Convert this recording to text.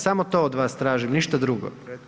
Samo to od vas tražim, ništa drugo.